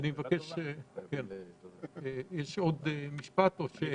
דודו, עוד משהו?